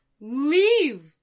Leave